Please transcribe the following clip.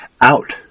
out